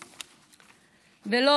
ולא,